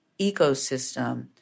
ecosystem